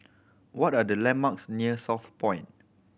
what are the landmarks near Southpoint